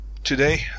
today